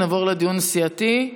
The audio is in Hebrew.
נעבור לדיון סיעתי.